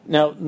Now